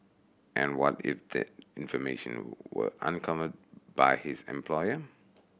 and what if that information were uncovered by his employer